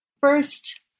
First